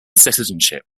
citizenship